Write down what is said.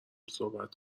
صحبت